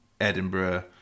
edinburgh